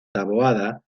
taboada